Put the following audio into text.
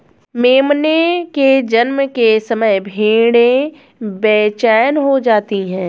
मेमने के जन्म के समय भेड़ें बेचैन हो जाती हैं